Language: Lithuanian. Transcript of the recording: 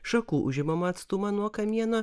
šakų užimamą atstumą nuo kamieno